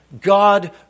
God